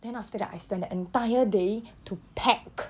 then after that I spend the entire day to pack